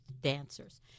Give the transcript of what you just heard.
dancers